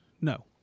No